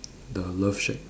the love shack